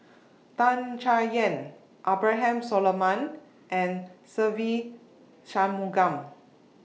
Tan Chay Yan Abraham Solomon and Se Ve Shanmugam